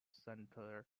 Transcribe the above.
center